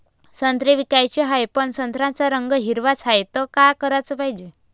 संत्रे विकाचे हाये, पन संत्र्याचा रंग हिरवाच हाये, त का कराच पायजे?